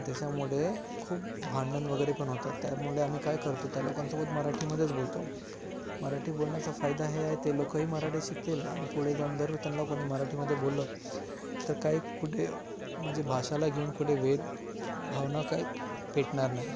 त्याच्यामुळे खूप भांडण वगैरे पण होतात त्यामुळे आम्ही काय करतो त्या लोकांसोबत मराठीमध्येच बोलतो मराठी बोलण्याचा फायदा हे आहे ते लोकंही मराठी शिकतील आणि पुढे जाऊन जर त्यानला कोणी मराठीमध्ये बोललं तर काही कुठे म्हणजे भाषाला घेऊन कुठे वे भावना काही पेटणार नाही